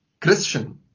Christian